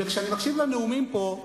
וכשאני מקשיב לנאומים פה,